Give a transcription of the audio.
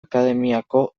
akademiako